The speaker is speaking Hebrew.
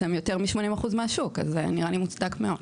אתם יותר מ-80% מהשוק, אז זה נראה לי מוצדק מאוד.